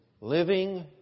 living